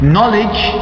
Knowledge